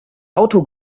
auto